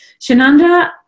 Shananda